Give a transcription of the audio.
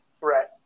Right